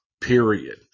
period